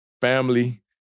family